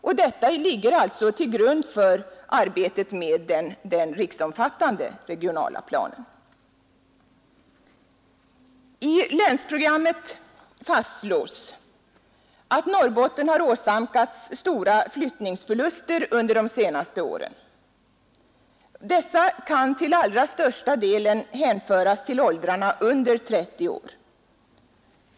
Och detta ligger alltså till grund för arbetet med den riksomfattande regionala planen. I länsprogrammet fastslås att Norrbotten åsamkats stora flyttningsförluster under de senaste åren. Dessa kan till allra största delen hänföras till åldrarna under 30 år.